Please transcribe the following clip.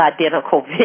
identical